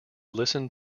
listen